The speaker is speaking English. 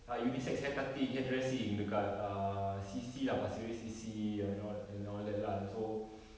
ah unisex hair cutting hairdressing dekat ah C_C lah pasir ris C_C ya you know ah and all that lah so